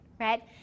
right